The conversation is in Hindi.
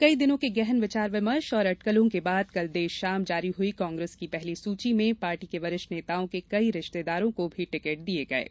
कई दिनों के गहन विचार विमर्श और अटकलों के बाद कल देर शाम जारी हुई कांग्रेस की पहली सुची में पार्टी के वरिष्ठ नेताओं के कई रिश्तेदारों को भी टिकट दिये गये हैं